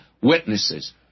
witnesses